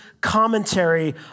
commentary